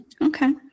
Okay